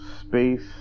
space